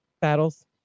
battles